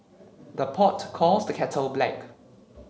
the pot calls the kettle black